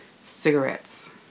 cigarettes